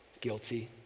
Guilty